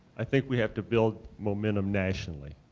i think we have to build momentum nationally.